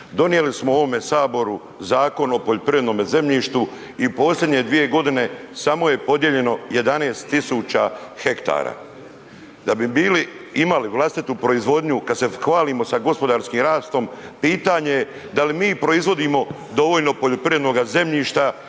Donijeli smo u ovome saboru Zakon o poljoprivrednome zemljištu i u posljednje 2.g. samo je podijeljeno 11 000 hektara. Da bi bili, imali vlastitu proizvodnju kad se hvalimo sa gospodarskim rastom pitanje je da li mi proizvodimo dovoljno poljoprivrednoga zemljišta